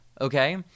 okay